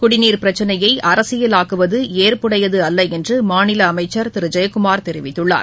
குடிநீர் பிரச்சினையை அரசியலாக்குவது ஏற்புடையதல்ல என்று மாநில அமைச்சர் திரு ஜெயக்குமார் தெரிவித்துள்ளார்